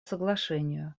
соглашению